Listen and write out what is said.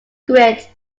grit